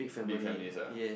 big families ah